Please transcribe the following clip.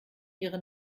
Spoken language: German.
ihre